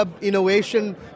innovation